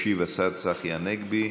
ישיב השר צחי הנגבי.